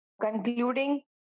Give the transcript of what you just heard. concluding